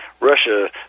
Russia